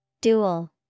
Dual